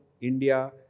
India